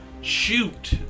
shoot